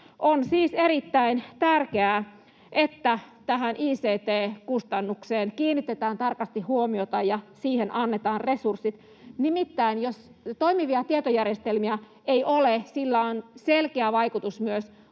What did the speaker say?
On siis erittäin tärkeää, että tähän ICT-kustannukseen kiinnitetään tarkasti huomiota ja siihen annetaan resurssit — nimittäin jos toimivia tietojärjestelmiä ei ole, sillä on selkeä vaikutus myös